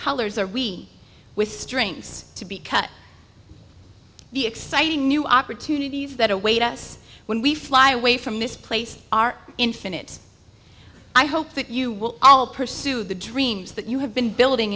colors are we with strings to be cut the exciting new opportunities that await us when we fly away from this place are infinite i hope that you will all pursue the dreams that you have been building